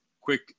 quick